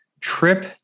trip